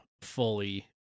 fully